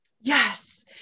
Yes